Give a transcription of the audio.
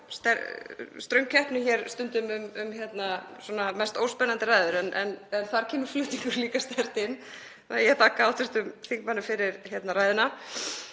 ströng keppni hér stundum um mest óspennandi ræður en þar kemur flutningurinn líka sterkt inn. Ég þakka hv. þingmanni fyrir ræðuna